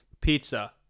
pizza